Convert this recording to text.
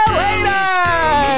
later